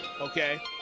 okay